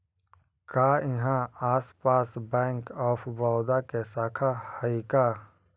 का इहाँ आसपास बैंक ऑफ बड़ोदा के शाखा हइ का?